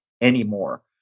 anymore